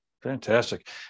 fantastic